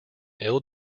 ill